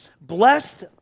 Blessed